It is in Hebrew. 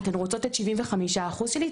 הוא אומר: אתן רוצות את 75% שלי?